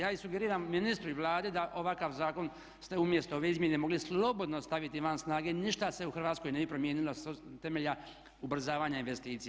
Ja i sugeriram ministru i Vladi da ovakav zakon ste umjesto ove izmjene mogli slobodno staviti van snage, ništa se u Hrvatskoj ne bi promijenilo s temelja ubrzavanja investicija.